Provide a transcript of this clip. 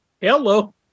Hello